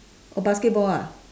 oh basketball ah